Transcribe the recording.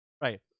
Right